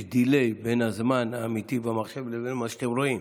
יש delay בין הזמן האמיתי במחשב לבין מה שאתם רואים.